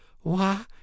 Why